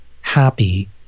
happy